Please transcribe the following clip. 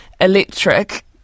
Electric